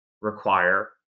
require